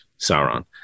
sauron